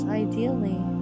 ideally